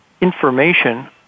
information